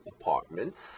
apartments